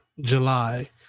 July